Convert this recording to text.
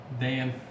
Dan